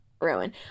Rowan